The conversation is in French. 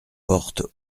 portes